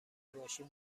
باشی